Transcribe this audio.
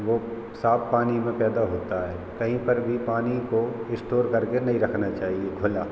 वो साफ पानी में पैदा होता है कहीं पर भी पानी को स्टोर करके नहीं रखना चाहिए खुला